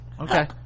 okay